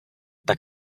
tak